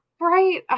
right